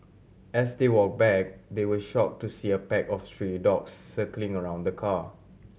as they walk back they were shock to see a pack of stray dogs circling around the car